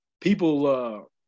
People